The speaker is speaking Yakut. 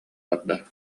барда